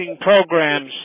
programs